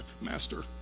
master